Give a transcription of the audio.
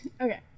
Okay